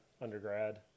undergrad